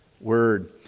word